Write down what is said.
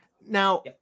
now